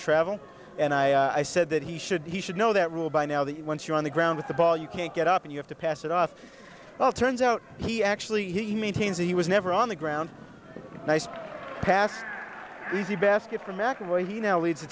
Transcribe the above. travel and i said that he should he should know that rule by now that once you're on the ground with the ball you can't get up and you have to pass it off well turns out he actually he maintains he was never on the ground nice pass easy basket for america where he now leads